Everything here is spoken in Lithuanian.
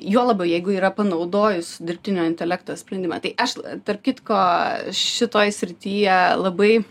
juo labiau jeigu yra panaudojus dirbtinio intelekto sprendimą tai aš tarp kitko šitoj srityje labai